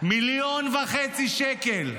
מיליון וחצי שקל.